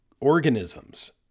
organisms